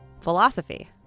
philosophy